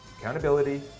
accountability